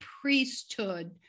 priesthood